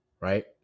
Right